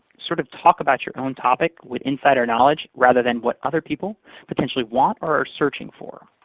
sort of, talk about your own topic with insider knowledge rather than what other people potentially want or are searching for.